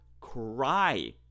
cry